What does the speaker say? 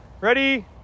Ready